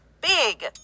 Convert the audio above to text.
big